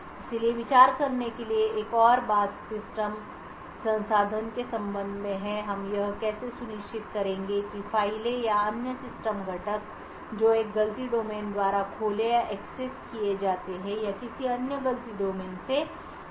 इसलिए विचार करने के लिए एक और बात सिस्टम संसाधनों के संबंध में है कि हम यह कैसे सुनिश्चित करेंगे कि फाइलें या अन्य सिस्टम घटक जो एक गलती डोमेन द्वारा खोले या एक्सेस किए जाते हैं या किसी अन्य गलती डोमेन से संरक्षित नहीं है